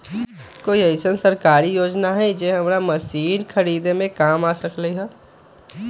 कोइ अईसन सरकारी योजना हई जे हमरा मशीन खरीदे में काम आ सकलक ह?